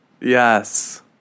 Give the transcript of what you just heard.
yes